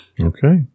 Okay